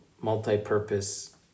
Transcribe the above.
multi-purpose